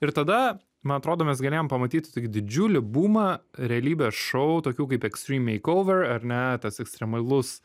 ir tada man atrodo mes galėjom pamatyt tokį didžiulį bumą realybės šou tokių kaip ekstrymei kouver ar ne tas ekstremalus